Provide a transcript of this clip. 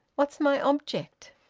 what's my object?